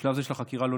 בשלב זה של החקירה,